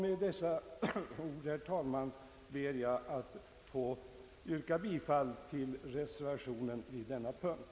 Med dessa ord herr talman, ber jag att få yrka bifall till reservationen vid denna punkt.